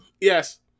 Yes